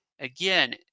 again